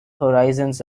horizons